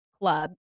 club